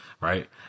right